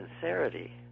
sincerity